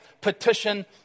petition